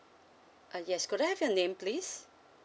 uh yes could I have your name please